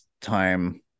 time